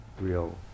real